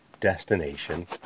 destination